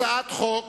הצעת חוק